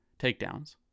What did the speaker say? takedowns